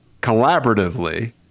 collaboratively